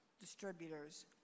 distributors